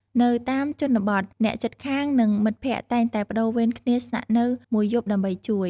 នៅតាមជនបទ អ្នកជិតខាង និងមិត្តភ័ក្តិតែងតែប្តូរវេនគ្នាស្នាក់នៅមួយយប់ដើម្បីជួយ។